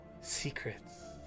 secrets